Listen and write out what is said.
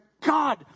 God